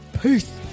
peace